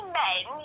men